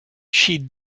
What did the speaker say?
she